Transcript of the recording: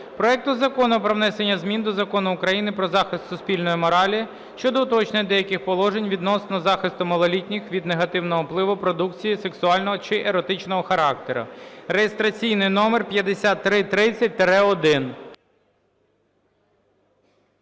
проекту Закону про внесення змін до Закону України "Про захист суспільної моралі" щодо уточнення деяких положень відносно захисту малолітніх від негативного впливу продукції сексуального чи еротичного характеру (реєстраційний номер 5330-1)